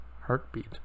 heartbeat